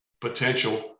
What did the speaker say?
potential